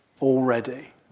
already